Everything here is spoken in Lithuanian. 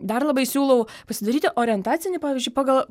dar labai siūlau pasidaryti orientacinį pavyzdžiui pagal